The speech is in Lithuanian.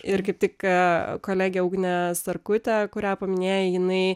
ir kaip tik kolegė ugnė starkutė kurią paminėjai jinai